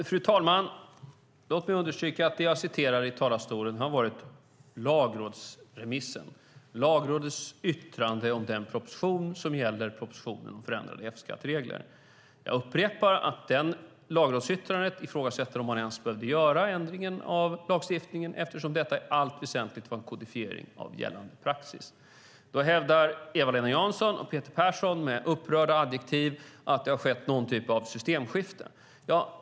Fru talman! Låt mig understryka att det jag citerat i talarstolen har varit lagrådsremissen. Det är Lagrådets yttrande om propositionen om förändrade F-skatteregler. Jag upprepar att lagrådsyttrandet ifrågasätter om man ens behövde göra ändringen av lagstiftningen eftersom detta i allt väsentligt var en kodifiering av gällande praxis. Eva-Lena Jansson och Peter Persson hävdar med upprörda adjektiv att det har skett någon form av systemskifte.